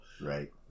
right